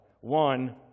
one